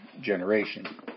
generation